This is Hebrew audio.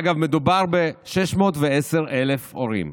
ואגב, מדובר ב-610,000 הורים.